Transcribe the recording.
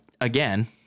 again